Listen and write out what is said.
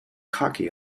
cocky